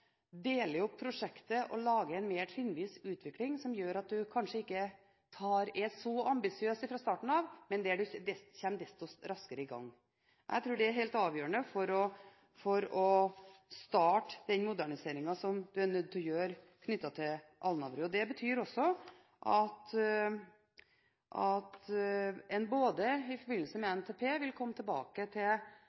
deler opp prosjektet og lager en mer trinnvis utvikling som gjør at en kanskje ikke er så ambisiøs fra starten av, men der en kommer desto raskere i gang. Jeg tror det er helt avgjørende for å starte den moderniseringen som vi er nødt til å gjøre på Alnabru. Det betyr at en i forbindelse med NTP vil komme tilbake